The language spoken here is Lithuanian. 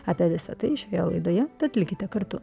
apie visa tai šioje laidoje tad likite kartu